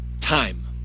time